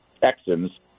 Texans